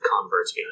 converts